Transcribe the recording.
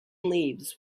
leaves